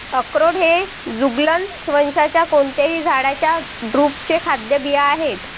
अक्रोड हे जुगलन्स वंशाच्या कोणत्याही झाडाच्या ड्रुपचे खाद्य बिया आहेत